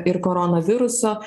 ir koronaviruso